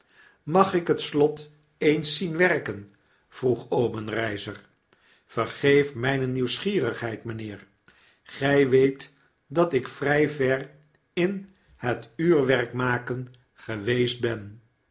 mag ik het slot eens zien werken vroeg obenreizer vergeef myne nieuwsgierigheid mynheer gy weet dat ik vry ver in hetuurwerkmaken geweest ben